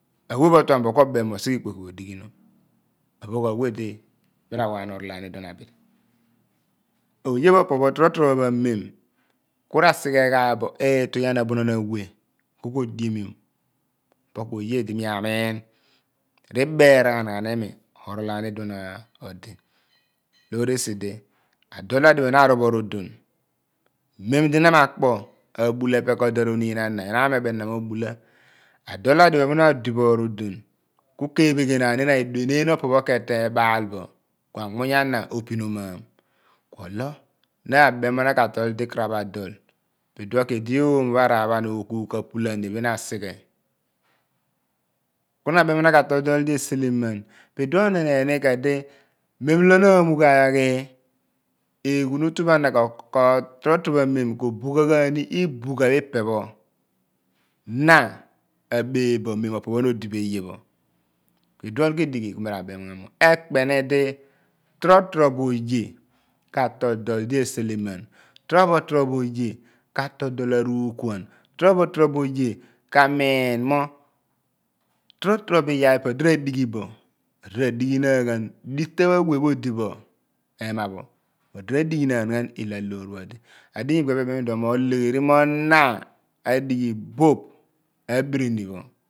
Awe pho othan bo ku onem bo mo osighe ikpo ki alegh nom abuem pho ku awe di mi re wa ghan oro aam idu on odi oye pho opo pho kotrobo amem kurasigh eghen so iitughian abunon awe ku ku odieom. opi ko oye di mi amiin ribatanghan imi orol arem ukuon oah loo esi di adol adiphe na arol bo rodon mem di na ma kpo abuw epe ke odeana ronin ana mem di enaan me bam ina naa bula adol pho opo na odi bo rodion ka ke ephega ghen aan ina iduenun pho opo k'ebaal bo ku anmuuny ana opino maam. ku olo no arem mo na ika tol sikaraph adol po iduon ke du oomo pho arekr pho ana ookuugh ka pula ni bin asighe. ku na aben mo na ka tol dol direseceman pi adyon ken ni oh mem lo na amugh aghi eghu no tu pho ana ko to robo amam ko buaha ghan ni ibugha ho ipe pho ne abeph bo mem opo na od. bo eye pho oh ukon ku idigh ku nu la bem ghem no ekpem di totrobo one ka tol dol di eselemen totobo torobo oye ka tol owl aruukuan totobo torobo oye ka maa mo totobo iyaar pho epe odi tauighi bo odi redighinaen dita awe pho adi bo ehma pho odi raakghenaan ilo aloor odi. adinya ngbira obem idwoh nw leghen mo na ahghi boph abirim pho